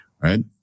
right